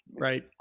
right